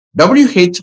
wh